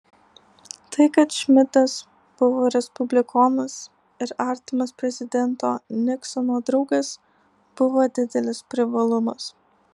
tai kad šmidtas buvo respublikonas ir artimas prezidento niksono draugas buvo didelis privalumas